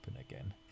again